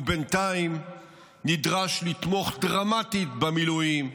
ובינתיים נדרש לתמוך דרמטית במילואים,